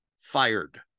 fired